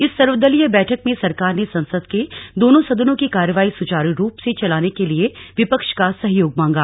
इस सर्वदलीय बैठक में सरकार ने संसद के दोनों सदनों की कार्यवाही सुचारू रूप से चलाने के लिए विपक्ष का सहयोग मांगा